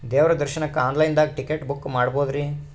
ದೇವ್ರ ದರ್ಶನಕ್ಕ online ದಾಗ ಟಿಕೆಟ ಬುಕ್ಕ ಮಾಡ್ಬೊದ್ರಿ?